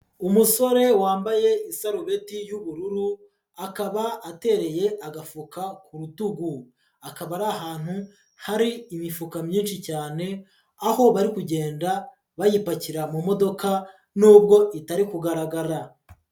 Umusore wambaye isarubeti y'ubururu, akaba atereye agafuka ku rutugu, akaba ari ahantu hari imifuka myinshi cyane aho bari kugenda bayipakira mu modoka nubwo itari kugaragara.